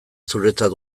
zuretzat